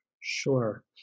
Sure